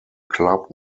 club